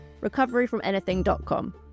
recoveryfromanything.com